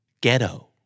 ghetto